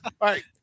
right